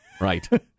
Right